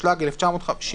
התשל"ג 1973